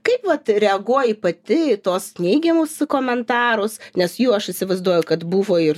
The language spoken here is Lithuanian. kaip vat reaguoji pati į tuos neigiamus komentarus nes jų aš įsivaizduoju kad buvo ir